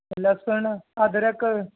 ਲਸਣ ਅਦਰਕ